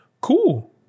cool